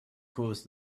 caused